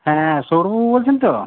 হ্যাঁ সৌরভ বাবু বলছেন তো